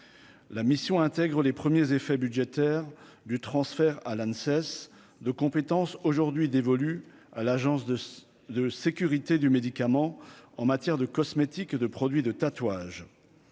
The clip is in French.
la mission intègre les premiers effets budgétaires du transfert à la ne cesse de compétences aujourd'hui dévolu à l'agence de de sécurité du médicament en matière de cosmétiques et de produits de tatouage,